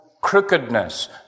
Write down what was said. crookedness